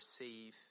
receive